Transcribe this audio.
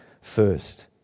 first